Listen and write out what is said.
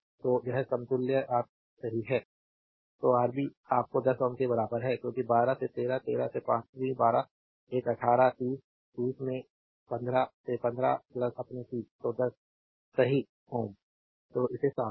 तो यह समतुल्य राब सही है तो राब आपके 10 Ω के बराबर है क्योंकि 12 से 13 13 से पांचवीं 12 एक 18 30 30 में 15 से 15 प्लस अपने 30 तो 10 सही Ω तो इसे साफ करें